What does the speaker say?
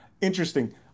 Interesting